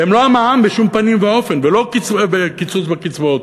והן לא המע"מ בשום פנים ואופן ולא הקיצוץ בקצבאות,